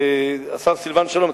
השר סילבן שלום,